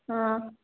ꯑꯥ